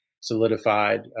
solidified